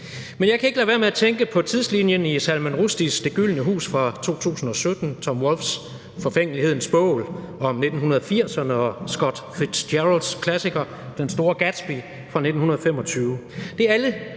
men jeg kan ikke lade være med at tænke på tidslinjen i Salman Rushdies »Det gyldne hus« fra 2017, Tom Wolfes »Forfængelighedens bål« om 1980'erne og Francis Scott Fitzgeralds klassiker »Den store Gatsby« fra 1925.